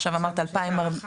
עכשיו אמרת 2049,